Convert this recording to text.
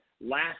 last